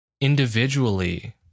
individually